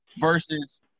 versus